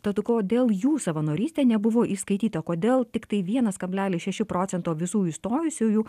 tad kodėl jų savanorystė nebuvo įskaityta kodėl tiktai vienas kablelis šeši procento visų įstojusiųjų